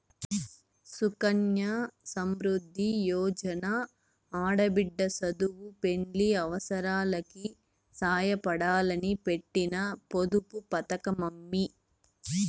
సుకన్య సమృద్ది యోజన ఆడబిడ్డ సదువు, పెండ్లి అవసారాలకి సాయపడాలని పెట్టిన పొదుపు పతకమమ్మీ